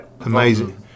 amazing